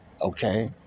Okay